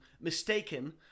mistaken